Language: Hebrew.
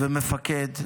ומפקד.